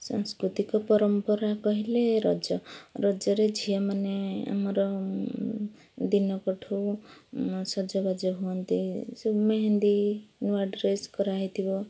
ସାଂସ୍କୃତିକ ପରମ୍ପରା କହିଲେ ରଜ ରଜରେ ଝିଅମାନେ ଆମର ଦିନକ ଠୁ ସଜବାଜ ହୁଅନ୍ତି ସବୁ ମେହେନ୍ଦି ନୂଆ ଡ୍ରେସ୍ କରାହେଇଥିବ